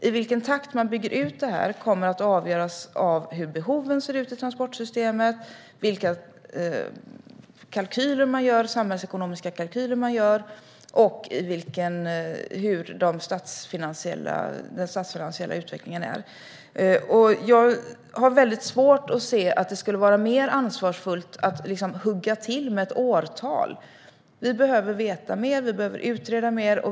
I vilken takt man bygger ut detta kommer att avgöras av hur behoven ser ut i transportsystemet, vilka samhällsekonomiska kalkyler man gör och hur den statsfinansiella utvecklingen ser ut. Jag har väldigt svårt att se att det skulle vara mer ansvarsfullt att hugga till med ett årtal. Vi behöver veta mer, och vi behöver utreda mer.